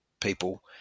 people